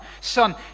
son